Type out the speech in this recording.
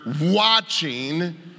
watching